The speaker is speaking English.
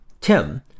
Tim